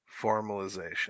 formalization